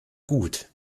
gut